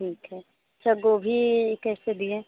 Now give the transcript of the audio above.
ठीक है अच्छा गोभी कैसे दिए